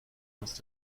must